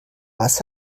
was